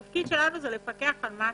התפקיד שלנו הוא לפקח על עבודתכם.